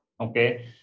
Okay